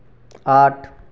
आठ